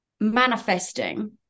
manifesting